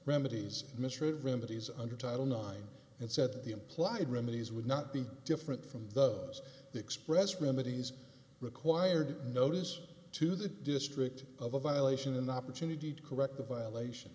remedies misread remedies under title nine and said that the implied remedies would not be different from those expressed remedies required notice to the district of a violation an opportunity to correct the violation